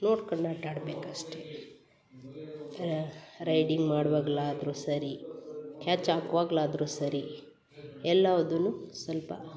ನೋಡ್ಕಂಡು ಆಟ ಆಡ್ಭೇಕು ಅಷ್ಟೇ ರೈಡಿಂಗ್ ಮಾಡುವಾಗ್ಲಾದ್ರು ಸರಿ ಕ್ಯಾಚ್ ಹಾಕ್ವಾಗ್ಲಾದ್ರು ಸರಿ ಎಲ್ಲಾದುನ್ನು ಸ್ವಲ್ಪ